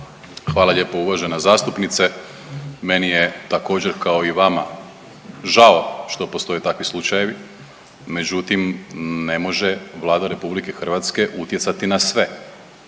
Hvala lijepo uvažena zastupnice. Meni je također kao i vama žao što postoje takvi slučajevi, međutim ne može Vlada RH utjecati na sve,